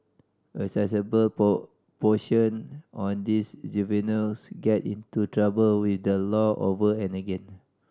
a sizeable proportion on these juveniles get into trouble with the law over and again